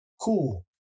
Cool